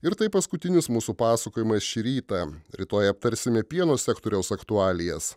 ir tai paskutinis mūsų pasakojimas šį rytą rytoj aptarsime pieno sektoriaus aktualijas